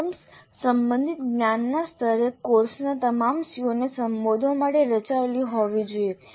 items સંબંધિત જ્ઞાનના સ્તરે કોર્સના તમામ CO ને સંબોધવા માટે રચાયેલ હોવી જોઈએ